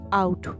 out